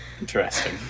Interesting